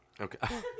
Okay